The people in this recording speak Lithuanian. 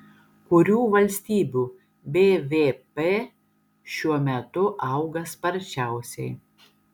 kurių valstybių bvp šiuo metu auga sparčiausiai